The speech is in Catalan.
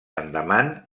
andaman